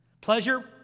Pleasure